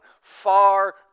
far